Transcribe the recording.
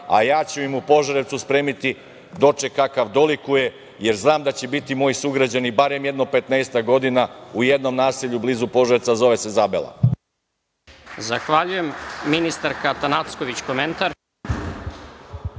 a ja ću im u Požarevcu spremiti doček kakav dolikuje, jer znam da će biti moji sugrađani, barem jedno 15 godina, u jednom naselju blizu Požarevca, a zove se Zabela.